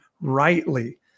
rightly